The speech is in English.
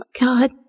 God